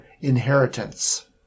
inheritance